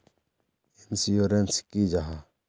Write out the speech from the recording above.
Insurance की जाहा?